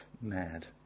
mad